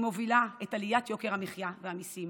היא מובילה את עליית יוקר המחיה והמיסים,